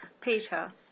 Peter